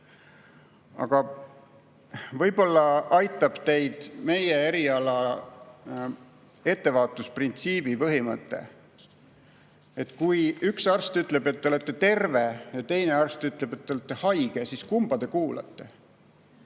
Aga võib-olla aitab teid meie erialal ettevaatusprintsiibi põhimõte. Kui üks arst ütleb, et te olete terve, ja teine arst ütleb, et te olete haige, siis kumba te kuulate?